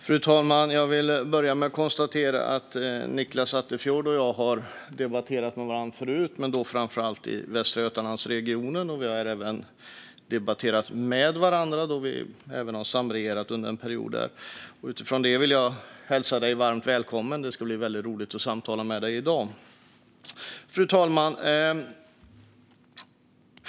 Fru talman! Jag vill börja med att konstatera att Nicklas Attefjord och jag har debatterat med varandra förut, men då framför allt i Västra Götalandsregionen, där vi samregerade under en period. Utifrån det vill jag hälsa ledamoten varmt välkommen. Det ska bli roligt att samtala i dag. Fru talman!